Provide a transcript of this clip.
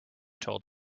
told